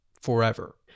forever